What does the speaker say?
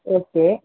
okay